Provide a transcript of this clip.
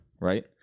right